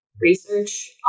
research